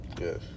Yes